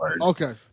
Okay